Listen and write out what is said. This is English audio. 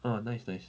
orh nice nice